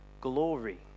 glory